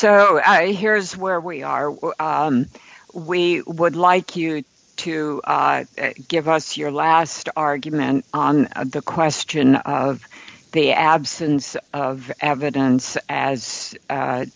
here's where we are we would like you to give us your last argument on the question of the absence of evidence as